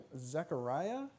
Zechariah